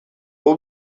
will